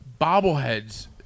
bobbleheads